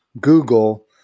Google